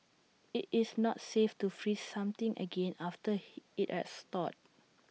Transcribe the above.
IT is not safe to freeze something again after he IT has thawed